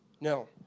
no